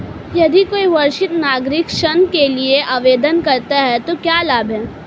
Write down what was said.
यदि कोई वरिष्ठ नागरिक ऋण के लिए आवेदन करता है तो क्या लाभ हैं?